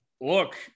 Look